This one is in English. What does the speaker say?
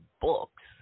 books